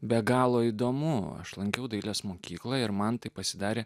be galo įdomu aš lankiau dailės mokykla ir man taip pasidarė